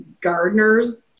gardeners